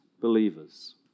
believers